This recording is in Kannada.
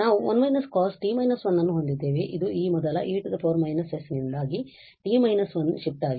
ಆದ್ದರಿಂದ ನಾವು 1 − cost − 1 ಅನ್ನು ಹೊಂದಿದ್ದೇವೆ ಇದು ಈ ಮೊದಲ e −s ನಿಂದಾಗಿ t − 1 ಶಿಫ್ಟ್ ಆಗಿದೆ